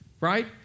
right